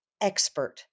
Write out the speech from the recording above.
expert